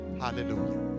Hallelujah